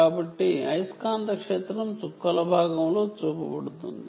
కాబట్టి magnetic field చుక్కల భాగంలో చూపబడుతుంది